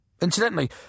Incidentally